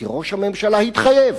כי ראש הממשלה התחייב